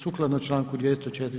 Sukladno članku 204.